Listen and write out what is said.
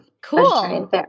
Cool